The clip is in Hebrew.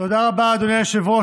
תודה רבה, אדוני היושב-ראש.